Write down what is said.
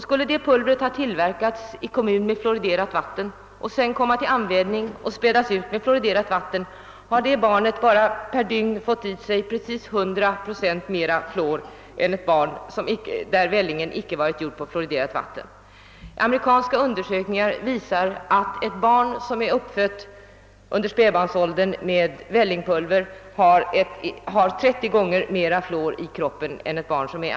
Skulle detta pulver ha tillverkats i en kommun med fluoriderat vatten och sedan komma till an vändning och spädas ut i en kommun med fluoriderat vatten, så får det barn det gäller per dygn i sig precis 100 procent mer natriumfluorid än ett barn som äter välling vilken inte tillretts på fluoriderat vatten. Amerikanska undersökningar visar att ett barn som är uppfött under spädbarnsåldern med vällingpulver har 30 gånger mera fluor i kroppen än ett barn som ammats.